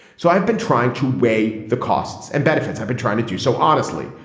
so i've been trying to weigh the costs and benefits. i've been trying to do so honestly.